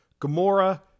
Gamora